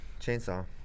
Chainsaw